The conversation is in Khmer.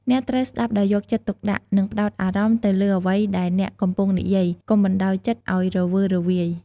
អ្នកត្រូវស្ដាប់ដោយយកចិត្តទុកដាក់ និងផ្ដោតអារម្មណ៍ទៅលើអ្វីដែលអ្នកកំពុងនិយាយ កុំបណ្ដោយចិត្តឱ្យរវើរវាយ។